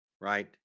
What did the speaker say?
right